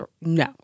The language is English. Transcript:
no